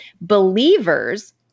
Believers